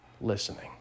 listening